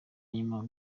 nyuma